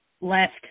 left